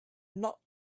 not